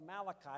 Malachi